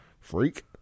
freak